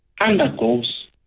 undergoes